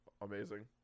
Amazing